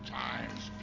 times